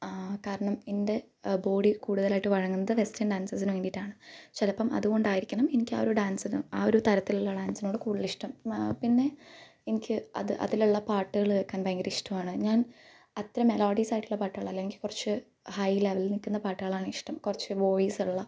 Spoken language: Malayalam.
കാരണം എൻ്റെ ബോഡി കൂടുതലായിട്ട് വഴങ്ങുന്നത് വെസ്റ്റേൺ ഡാൻസസിന് വേണ്ടിയിട്ടാണ് ചിലപ്പോൾ അതുകൊണ്ടായിരിക്കണം എനിക്ക് ആ ഒരു ഡാൻസിന് ആ ഒരു തരത്തിലുള്ള ഡാൻസിനോട് കൂടുതൽ ഇഷ്ടം പിന്നെ എനിക്ക് അത് അതിലുള്ള പാട്ടുകൾ കേൾക്കാൻ ഭയങ്കര ഇഷ്ടമാണ് ഞാൻ അത്ര മെലോഡിയസ് ആയിട്ടുള്ള പാട്ടുകൾ അല്ലെങ്കിൽ കുറച്ച് ഹൈ ലെവലിൽ നിൽക്കുന്ന പാട്ടുകളാണ് ഇഷ്ടം കുറച്ച് വോയിസ് ഉള്ള